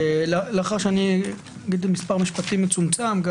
לאחר שאני אגיד מספר מצומצם של משפטים גם